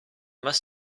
must